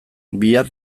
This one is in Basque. bihar